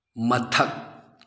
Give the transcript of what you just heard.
ꯃꯊꯛ